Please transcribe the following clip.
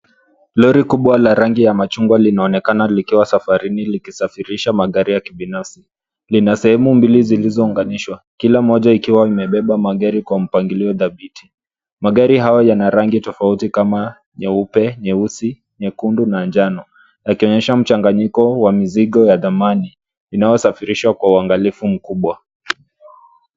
Lori kubwa la rangi ya machungwa inaonekana likiwa safarini likisafirishia magari ya kibanfsi. Lina sehemu mbili zilizo unganishwa, kila moja likiwa limebeba magari kwa mpangilio dhabiti. Magari hayo yana rangi tofauti kama nyeupe, nyeusi, nyekundu na njano yakionyesha mchanganyiko wa mizigo ya thamani inayo safirishwa kwa uangalifu mkubwa.